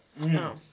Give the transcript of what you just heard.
No